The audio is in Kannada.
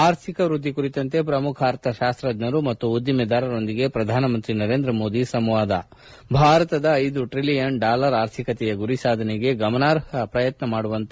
ಆರ್ಥಿಕ ವೃದ್ದಿ ಕುರಿತಂತೆ ಪ್ರಮುಖ ಅರ್ಥ ಶಾಸ್ತಜ್ಞರು ಮತ್ತು ಉದ್ದಿಮೆದಾರರೊಂದಿಗೆ ಪ್ರಧಾನಿ ನರೇಂದ್ರ ಮೋದಿ ಸಂವಾದ ಭಾರತದ ಐದು ಟ್ರಲಿಯನ್ ಡಾಲರ್ ಆರ್ಥಿಕತೆಯ ಗುರಿ ಸಾಧನೆಗೆ ಗಮನಾರ್ಹವಾದ ಪ್ರಯತ್ನ ಮಾಡುವಂತೆ ಎಲ್ಲ ಬಾಧ್ಯಸ್ಥರಿಗೆ ಕರೆ